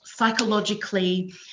psychologically